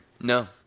No